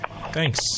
Thanks